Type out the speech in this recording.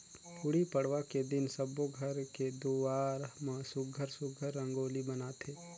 गुड़ी पड़वा के दिन सब्बो घर के दुवार म सुग्घर सुघ्घर रंगोली बनाथे